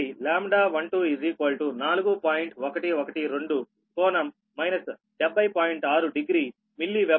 6 degree milli weber ton per kilometre